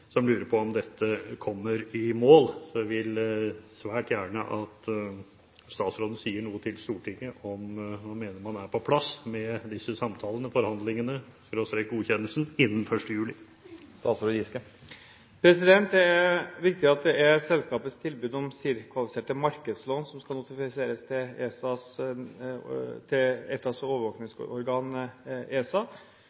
som lurer på om dette kommer i mål. Så jeg vil svært gjerne at statsråden sier noe til Stortinget om hvorvidt man mener man er på plass med disse samtalene – forhandlingene/godkjennelsen – innen 1. juli. Det er viktig at det er selskapets tilbud om CIRR-kvalifiserte markedslån som skal notifiseres til